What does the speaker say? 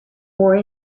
more